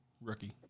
rookie